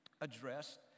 addressed